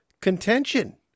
contention